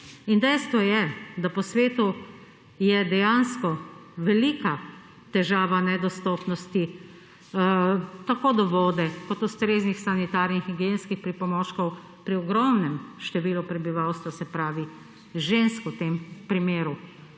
In dejstvo je, da po svetu je dejansko velika težava nedostopnosti tako do vode kot ustreznih sanitarnih in higienskih pripomočkov pri ogromnem številu prebivalstva, se pravi, žensk v tem primeru.